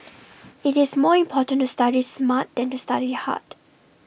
IT is more important to study smart than to study hard